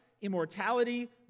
immortality